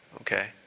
okay